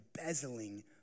embezzling